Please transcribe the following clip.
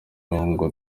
ngo